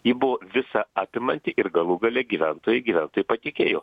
ji buvo visa apimanti ir galų gale gyventojai gyventojai patikėjo